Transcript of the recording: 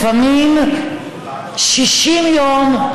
לפעמים 60 יום,